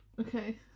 okay